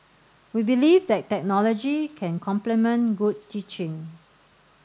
we believe that technology can complement good teaching